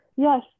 Yes